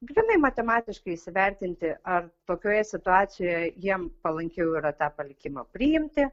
grynai matematiškai įsivertinti ar tokioje situacijoje jiem palankiau yra tą palikimą priimti